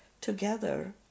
together